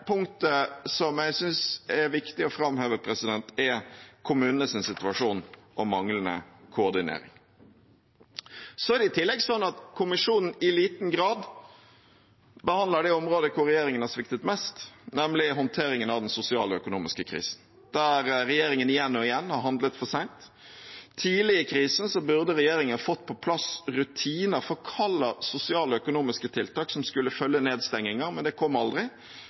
punktet som jeg synes er viktig å framheve, er kommunenes situasjon og manglende koordinering. I tillegg behandler kommisjonen i liten grad det området der regjeringen har sviktet mest, nemlig håndteringen av den sosiale og økonomiske krisen, der regjeringen igjen og igjen har handlet for sent. Tidlig i krisen burde regjeringen fått på plass rutiner for hvilke sosiale og økonomiske tiltak som skulle følge nedstengningen, men det kom aldri,